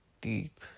deep